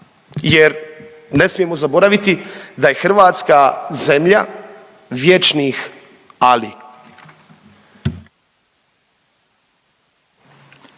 jer ne smijemo zaboraviti da je Hrvatska zemlja vječnih ali.